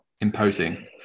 imposing